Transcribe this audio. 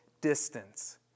distance